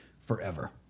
forever